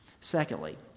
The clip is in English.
Secondly